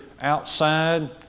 outside